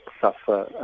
suffer